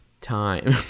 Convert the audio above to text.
time